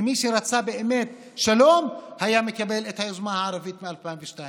כי מי שרצה באמת שלום היה מקבל את היוזמה הערבית מ-2002.